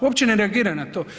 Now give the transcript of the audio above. Uopće ne reagiraju na to.